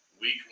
week